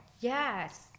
Yes